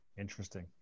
Interesting